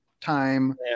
time